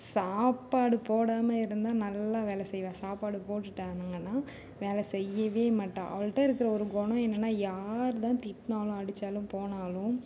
சாப்பாடு போடாமல் இருந்தால் நல்லா வேலை செய்வாள் சாப்பாடு போட்டுட்டாங்கனால் வேலை செய்யவே மாட்டாள் அவள்கிட்ட இருக்கிற ஒரு குணம் என்னன்னா யார் தான் திட்டினாலும் அடிச்சாலும் போனாலும்